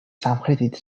სამხრეთით